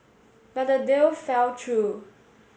but the deal fell through